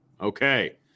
okay